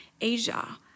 Asia